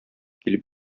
килеп